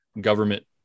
government